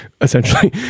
Essentially